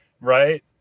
right